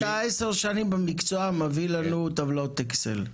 אתה עשר שנים במקצוע מביא לנו טבלאות אקסל.